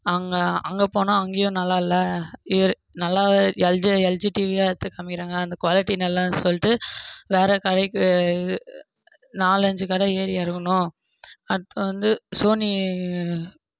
அங்கே அங்கே போனால் அங்கேயும் நல்லா இல்லை நல்லா எல்ஜி எல்ஜி டிவியாக எடுத்து காண்மிக்கிறாங்க அந்த குவாலிட்டி நல்லா இல்லைன்னு சொல்லிட்டு வேற கடைக்கு நாலஞ்சு கடை ஏறி இறங்குனோம் அடுத்தது வந்து சோனி